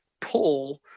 pull